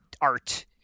art